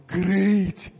great